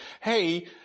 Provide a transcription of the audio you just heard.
Hey